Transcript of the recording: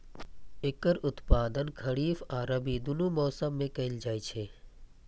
एकर उत्पादन खरीफ आ रबी, दुनू मौसम मे कैल जाइ छै